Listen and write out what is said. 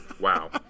Wow